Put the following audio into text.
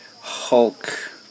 Hulk